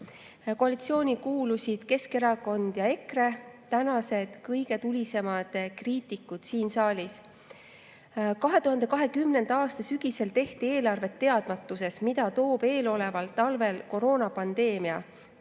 Koalitsiooni kuulusid Keskerakond ja EKRE, tänased kõige tulisemad kriitikud siin saalis. 2020. aasta sügisel tehti eelarvet teadmatuses, mida toob talvel koroonapandeemia,